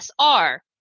SR